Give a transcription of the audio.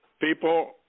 people